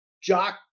jock